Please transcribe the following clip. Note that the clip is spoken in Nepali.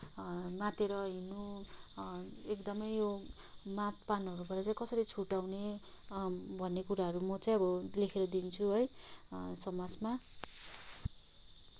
मातेर हिँड्नु एकदमै यो मदपानहरूबाट चाहिँ कसरी छुटाउने भन्ने कुराहरू म चाहिँ अब लेखेर दिन्छु है समाजमा